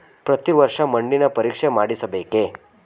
ಪ್ರತಿ ವರ್ಷ ಮಣ್ಣಿನ ಪರೀಕ್ಷೆ ಮಾಡಿಸಬೇಕೇ?